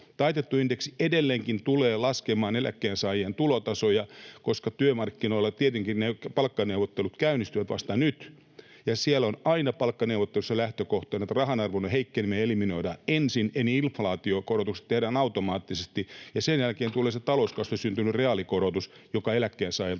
Taitettu indeksi edelleenkin tulee laskemaan eläkkeensaajien tulotasoja, koska työmarkkinoilla tietenkin palkkaneuvottelut käynnistyvät vasta nyt, ja siellä on aina palkkaneuvotteluissa lähtökohtana, että rahan arvon heikkeneminen eliminoidaan ensin, eli inflaatiokorotukset tehdään automaattisesti, ja sen jälkeen tulee se talouskasvusta syntynyt reaalikorotus, joka eläkkeensaajilta